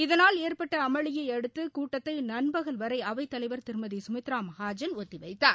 இதனால் ஏற்பட்ட அமளியை அடுத்து கூட்டத்தை நண்பகல் வரை அவைத்தலைவர் திருமதி சுமித்ரா மகாஜன் ஒத்திவைத்தார்